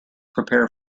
prepare